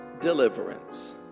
deliverance